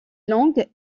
longue